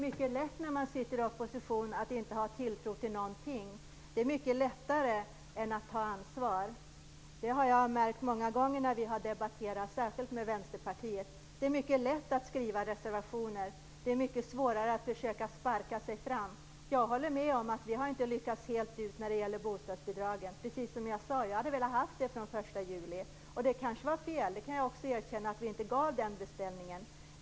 Fru talman! När man sitter i opposition är det lätt att inte hysa tilltro till någonting. Det är mycket lättare än att ta ansvar, och det har jag märkt många gånger när vi har debatterat, särskilt med Vänsterpartiet. Det lätt att skriva reservationer. Det är mycket svårare att försöka sparka sig fram. Jag håller med om att vi inte har lyckats fullt ut när det gäller bostadsbidragen, precis som jag sade. Jag hade velat ha ändringen från den 1 juli. Och det kanske var fel, det kan jag också erkänna, att vi inte gav den beställningen.